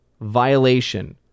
violation